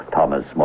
Thomas